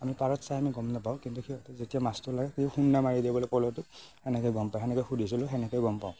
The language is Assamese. আমি পাৰত চাই আমি গম নাপাওঁ কিন্তু সিহঁতে যেতিয়া মাছটো লাগে সি খুন্দা মাৰি দিয়ে বোলে পল'টো সেনেকৈ গম পাই সেনেকৈ সুধিছিলোঁ সেনেকৈয়ে গম পাওঁ